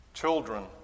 children